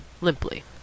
limply